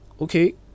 okay